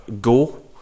go